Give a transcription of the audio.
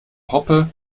hoppe